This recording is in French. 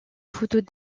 photos